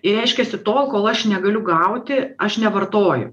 ir reiškiasi tol kol aš negaliu gauti aš nevartoju